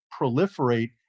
proliferate